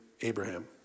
Abraham